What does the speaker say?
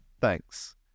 Thanks